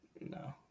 No